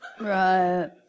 Right